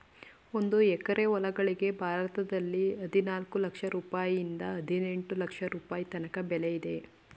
ಒಂದು ಎಕರೆ ಹೊಲಗಳಿಗೆ ಭಾರತದಲ್ಲಿ ಹದಿನಾಲ್ಕು ಲಕ್ಷ ರುಪಾಯಿಯಿಂದ ಹದಿನೆಂಟು ಲಕ್ಷ ರುಪಾಯಿ ತನಕ ಬೆಲೆ ಇದೆ